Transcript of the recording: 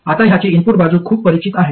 आता ह्याची इनपुट बाजू खूप परिचित आहे